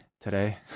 today